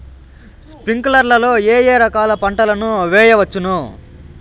స్ప్రింక్లర్లు లో ఏ ఏ రకాల పంటల ను చేయవచ్చును?